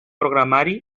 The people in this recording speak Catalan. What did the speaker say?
programari